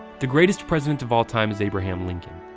the greatest president of all-time is abraham lincoln.